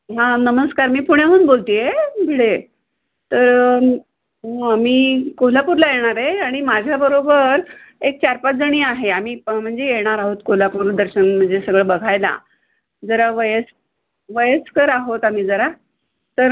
हां नमस्कार मी पुण्याहून बोलत आहे भिडे तर मी कोल्हापूरला येणार आहे आणि माझ्याबरोबर एक चार पाच जणी आहे आम्ही प म्हणजे येणार आहोत कोल्हापूर दर्शन म्हणजे सगळं बघायला जरा वयस् वयस्कर आहोत आम्ही जरा तर